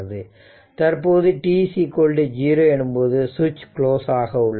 தற்போது t0 எனும் போது சுவிட்ச் க்ளோஸ் ஆக உள்ளது